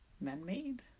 man-made